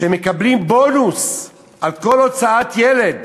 שמקבלות בונוס על כל הוצאת ילד